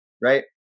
right